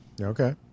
Okay